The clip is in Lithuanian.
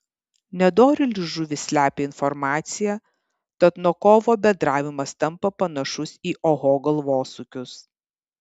nedorėlės žuvys slepia informaciją tad nuo kovo bendravimas tampa panašus į oho galvosūkius